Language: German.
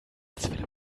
zwille